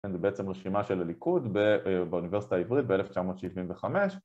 ‫זו בעצם רשימה של הליכוד ‫באוניברסיטה העברית ב-1975.